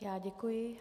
Já děkuji.